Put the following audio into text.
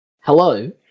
Hello